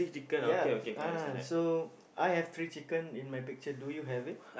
ya ah so I have three chicken in my picture do you have it